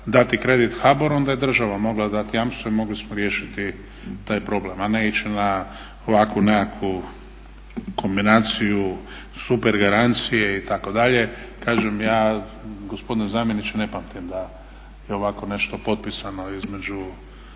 dati kredit HBOR-u onda je država mogla dati jamstvo i mogli smo riješiti taj problem, a ne ići na ovakvu nekakvu kombinaciju supergarancije itd. Kažem ja gospodine zamjeniče ne pamtim da je ovako nešto potpisano između